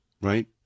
Right